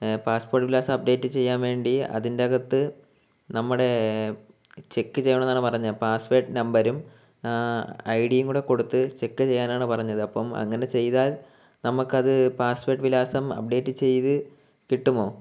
passport വിലാസം update ചെയ്യാൻ വേണ്ടി അതിൻറ്റകത്ത് നമ്മുടെ ചെക്ക് ചെയ്യണമെന്നാണ് പറഞ്ഞ പാസ്വേഡ് നമ്പരും ഐ ഡിയും കൂടെ കൊടുത്ത് ചെക്ക് ചെയ്യാനാണ് പറഞ്ഞത് അപ്പോള് അങ്ങനെ ചെയ്താൽ നമുക്ക് അത് പാസ്പോർട്ട് വിലാസം അപ്ഡേറ്റ് ചെയ്തു കിട്ടുമോ